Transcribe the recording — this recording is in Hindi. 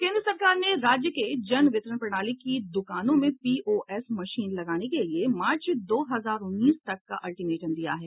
केन्द्र सरकार ने राज्य के जन वितरण प्रणाली की दुकानों में पीओएस मशीन लगाने के लिए मार्च दो हजार उन्नीस तक का अल्टिमेटम दिया है